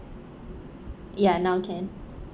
ya now can